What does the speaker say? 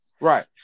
Right